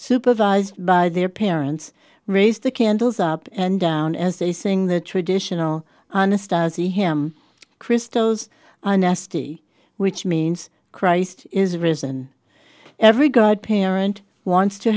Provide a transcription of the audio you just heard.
supervised by their parents raise the candles up and down as they sing the traditional understand see him christos are nasty which means christ is risen every god parent wants to